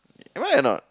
am I right or not